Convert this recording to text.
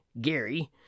Gary